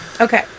Okay